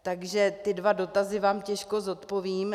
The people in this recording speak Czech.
Takže ty dva dotazy vám těžko zodpovím.